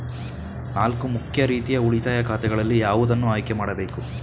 ನಾಲ್ಕು ಮುಖ್ಯ ರೀತಿಯ ಉಳಿತಾಯ ಖಾತೆಗಳಲ್ಲಿ ಯಾವುದನ್ನು ಆಯ್ಕೆ ಮಾಡಬೇಕು?